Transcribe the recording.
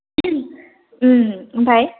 ओमफ्राय